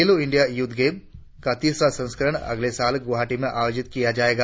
खेलों India youth games का तीसरा संस्करण अगले साल गुवाहाटी में आयोजित किया जाएगा